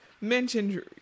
mentioned